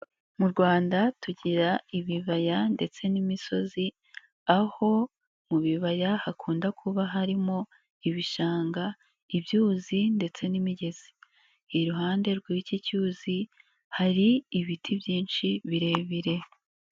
Mu Rwanda tugira ibibaya ndetse n'imisozi aho mu bibaya hakunda kuba harimo ibishanga, ibyuzi ndetse n'imigezi, iruhande rw'iki cyuzi hari ibiti byinshi birebire.